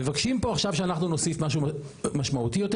מבקשים פה עכשיו שאנחנו נוסיף משהו משמעותי יותר